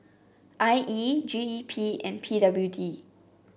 I E G E P and P W D